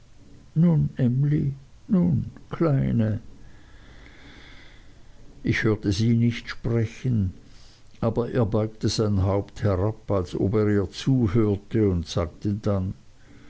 kleine ich hörte sie nicht sprechen aber er beugte sein haupt herab als ob er ihr zuhörte und sagte dann